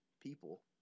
people